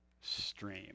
stream